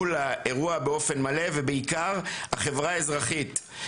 לאירוע באופן מלא ובעיקר החברה האזרחית,